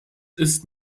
ist